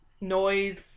noise